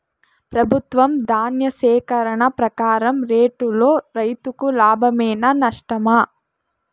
ప్రభుత్వం ధాన్య సేకరణ ప్రకారం రేటులో రైతుకు లాభమేనా నష్టమా?